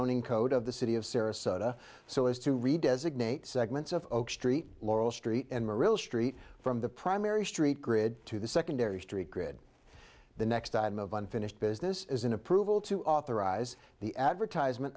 zoning code of the city of sarasota so as to read designate segments of oak street laurel street and street from the primary street grid to the secondary street grid the next item of unfinished business is an approval to authorize the advertisement